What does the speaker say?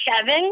seven